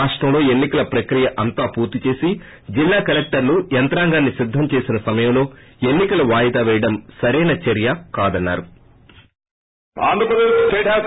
రాష్టంలో ఎన్సికల ప్రక్రియ అంతా పూర్తి చేసి జిల్లా కలెక్టర్లు యంత్రాంగాన్ని సిద్దం చేసిన సమయంలో ఎన్ని కలు వాయిదా పేయటం సరైన చర్య కాదన్నా రు